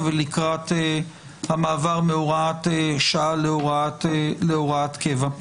לקראת המעבר מהוראת שעה להוראת קבע.